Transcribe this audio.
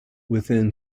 within